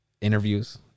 interviews